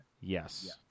Yes